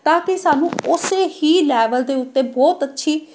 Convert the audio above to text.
ਤਾਂ ਕਿ ਸਾਨੂੰ ਉਸੇ ਹੀ ਲੈਵਲ ਦੇ ਉੱਤੇ ਬਹੁਤ ਅੱਛੀ